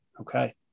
Okay